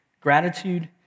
Gratitude